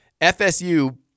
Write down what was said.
FSU